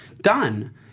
Done